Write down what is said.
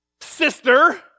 sister